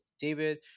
David